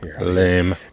lame